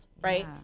right